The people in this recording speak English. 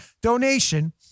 donation